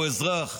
הוא אזרח.